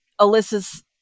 Alyssa's